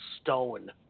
stone